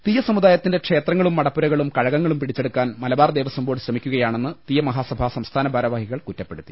തിയ്യ സമു ദാ യിത്തിന്റെ ക്ഷേത്രങ്ങളും മടപ്പു രകളും കഴകങ്ങളും പിടിച്ചെടുക്കാൻ മലബാർ ദേവസ്വംബോർഡ് ശ്രമിക്കുകയാ ണെന്ന് തിയ്യ മഹാസഭ സംസ്ഥാന ഭാരവാഹികൾ കുറ്റപ്പെടുത്തി